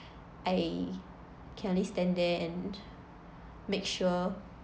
I can only stand there and make sure